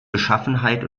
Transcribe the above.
beschaffenheit